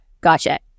gotcha